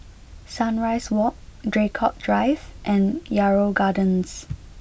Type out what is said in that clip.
Sunrise Walk Draycott Drive and Yarrow Gardens